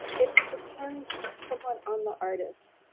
it depends somewhat on the artist.